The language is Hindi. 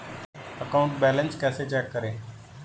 अकाउंट बैलेंस कैसे चेक करें?